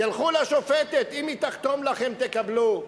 תלכו לשופטת, אם היא תחתום לכם תקבלו.